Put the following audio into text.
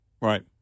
right